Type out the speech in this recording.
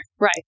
right